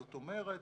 זאת אומרת,